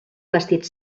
vestit